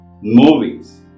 movies